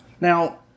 Now